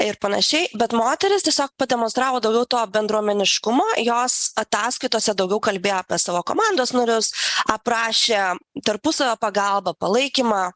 ir panašiai bet moterys tiesiog pademonstravo daugiau to bendruomeniškumo jos ataskaitose daugiau kalbėjo apie savo komandos narius aprašę tarpusavio pagalbą palaikymą